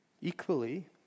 Equally